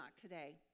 today